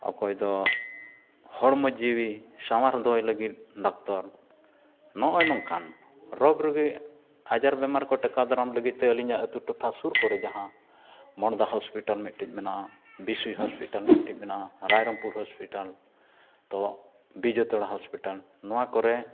ᱚᱠᱚᱭ ᱫᱚ ᱦᱚᱲᱢᱚ ᱡᱤᱣᱤ ᱥᱟᱶᱟᱨ ᱫᱚᱦᱚᱭ ᱞᱟᱹᱜᱤᱫ ᱰᱚᱠᱴᱚᱨ ᱱᱚᱜᱼᱚᱭ ᱱᱚᱝᱠᱟᱱ ᱨᱳᱜᱽ ᱨᱩᱜᱤ ᱟᱡᱟᱨ ᱵᱮᱢᱟᱨ ᱠᱚ ᱴᱮᱠᱟᱣ ᱫᱟᱨᱟᱢ ᱞᱟᱹᱜᱤᱫᱼᱛᱮ ᱟᱹᱞᱤᱧᱟᱜ ᱟᱹᱛᱩ ᱴᱚᱴᱷᱟ ᱥᱩᱨ ᱠᱚᱨᱮ ᱡᱟᱦᱟᱸ ᱢᱚᱲᱫᱟ ᱦᱚᱥᱯᱤᱴᱟᱞ ᱢᱤᱫᱴᱤᱡ ᱢᱮᱱᱟᱜᱼᱟ ᱵᱤᱥᱤ ᱦᱚᱥᱯᱤᱴᱟᱞ ᱢᱤᱫᱴᱤᱡ ᱢᱮᱱᱟᱜᱼᱟ ᱨᱟᱭᱨᱚᱝᱯᱩᱨ ᱦᱚᱥᱯᱤᱴᱟᱞ ᱛᱚ ᱵᱤᱡᱚᱭᱛᱟᱲᱟ ᱦᱚᱥᱯᱤᱴᱟᱞ ᱱᱚᱣᱟ ᱠᱚᱨᱮ